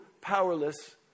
powerless